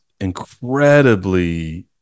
incredibly